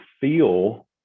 feel